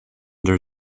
there